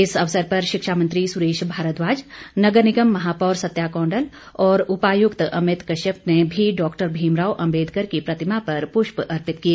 इस अवसर पर शिक्षा मंत्री सुरेश भारद्वाज नगर निगम महापौर सत्या कौंडल और उपायुक्त अमित कश्यप ने भी डॉक्टर भीमराव अंबेदकर की प्रतिमा पर पुष्प अर्पित किए